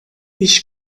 ich